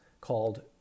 called